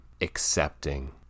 accepting